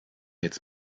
jetzt